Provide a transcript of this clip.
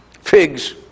figs